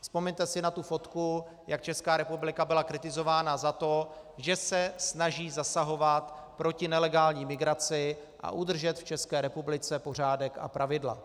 Vzpomeňte si na fotku, jak Česká republika byla kritizována za to, že se snaží zasahovat proti nelegální migraci a udržet v České republice pořádek a pravidla.